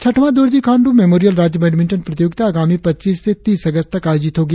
छठवां दोरजी खांडू मेमोरियल राज्य बैडमिंटन प्रतियोगिता आगामी पच्चीस से तीस अगस्त तक आयोजित होगी